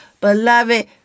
beloved